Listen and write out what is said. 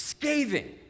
scathing